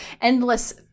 endless